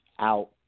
out